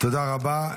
תודה רבה.